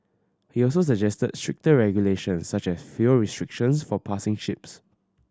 he also suggested stricter regulations such as fuel restrictions for passing ships